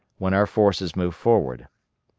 when our forces moved forward.